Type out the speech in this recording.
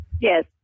Yes